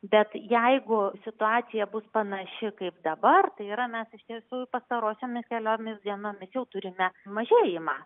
bet jeigu situacija bus panaši kaip dabar tai yra mes iš tiesų pastarosiomis keliomis dienomis jau turime mažėjimą